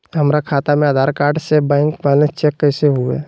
हमरा खाता में आधार कार्ड से बैंक बैलेंस चेक कैसे हुई?